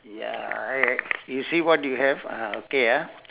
ya I I you see what you have uh okay ah